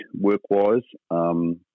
work-wise